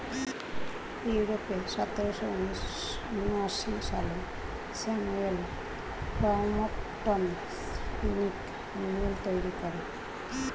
ইউরোপে সতেরোশো ঊনআশি সালে স্যামুয়েল ক্রম্পটন স্পিনিং মিউল তৈরি করেন